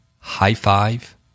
high-five